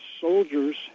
soldiers